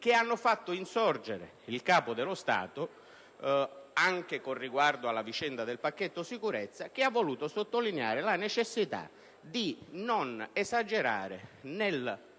che hanno fatto insorgere il Capo dello Stato (ciò è accaduto anche con riguardo alla vicenda del pacchetto sicurezza) che ha voluto sottolineare la necessità di non esagerare nel